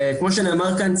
כמו שנאמר כאן,